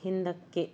ಹಿಂದಕ್ಕೆ